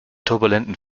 turbulenten